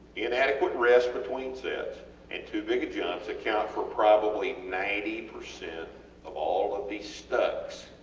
inadequate rest between sets and too big a jumps, account for probably ninety percent of all of these stucks